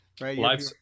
right